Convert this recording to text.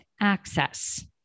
access